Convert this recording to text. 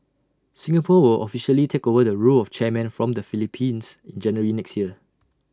Singapore will officially take over the role of chairman from the Philippines in January next year